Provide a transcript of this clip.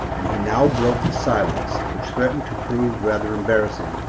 and he now broke the silence which threatened to prove rather embarrassing,